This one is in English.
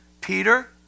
peter